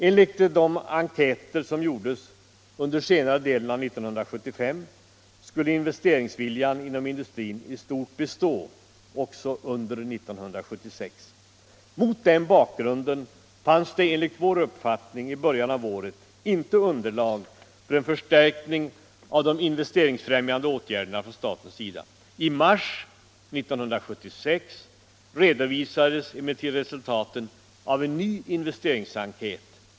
Enligt de enkäter som gjordes under senare delen av 1975 skulle investeringsviljan inom industrin i stort bestå också under 1976. Mot den bakgrunden fanns det enligt vår uppfattning i början av året inte underlag för en förstärkning av de investeringsfrämjande åtgärderna från statens sida. I mars 1976 redovisades emellertid resultaten av en ny investeringsenkät.